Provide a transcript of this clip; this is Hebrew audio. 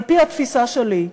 על-פי התפיסה שלי,